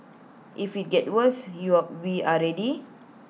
if IT gets worse you are we are ready